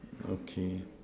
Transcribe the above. okay